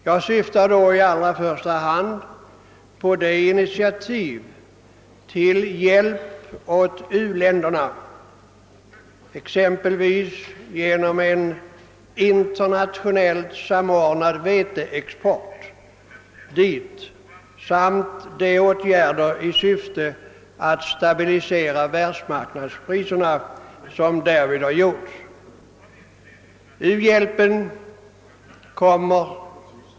Jag syftar då i första hand på det initiativ till hjälp åt u-länderna som tagits, exempelvis genom en internationellt samordnad veteexport till u-länderna, samt de åtgärder i syfte att stabilisera världsmarknadspriserna som därvid har vidtagits.